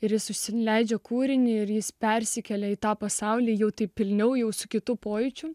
ir jis susileidžia kūrinį ir jis persikelia į tą pasaulį jauti pilniau jau su kitų pojūčių